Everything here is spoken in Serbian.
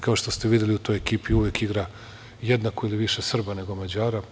Kao što ste videli, u toj ekipi uvek igra jednako ili više Srba nego Mađara.